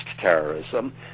terrorism